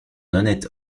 honnête